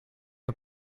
een